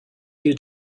you